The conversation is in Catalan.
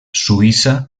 suïssa